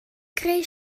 greu